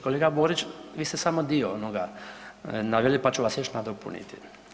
Kolega Borić vi ste samo dio onoga naveli pa ću vas još nadopuniti.